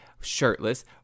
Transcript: shirtless